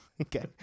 Okay